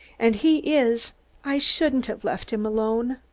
and he is i shouldn't have left him alone.